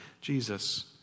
Jesus